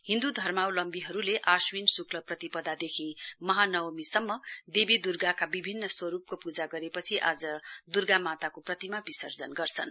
हिन्दु धर्मावलम्बीहरुले आश्विन शुक्ल प्रतिपदादेखि महानवमीसम्म देवी दुर्गाका विभिन्न स्वरुपको पूजा गरेपछि आज दुर्गा माताको प्रतिमा विसर्जन गर्छन्